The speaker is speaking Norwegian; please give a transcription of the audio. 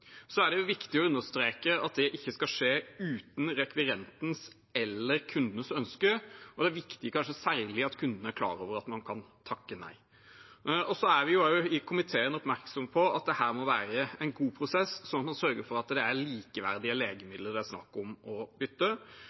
Så er det viktig å understreke at det ikke skal skje uten at rekvirenten eller kunden ønsker det, og det er kanskje særlig viktig at kunden er klar over at man kan takke nei. Vi i komiteen er også oppmerksom på at dette må være en god prosess, sånn at man sørger for at det er likeverdige legemidler det er snakk om å bytte.